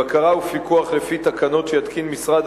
בקרה ופיקוח לפי תקנות שיתקין משרד